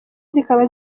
zikaba